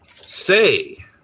Say